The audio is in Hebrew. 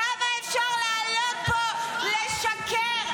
כמה אפשר לעלות לפה לשקר?